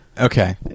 Okay